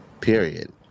period